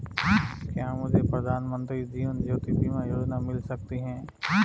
क्या मुझे प्रधानमंत्री जीवन ज्योति बीमा योजना मिल सकती है?